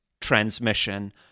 transmission